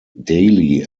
daily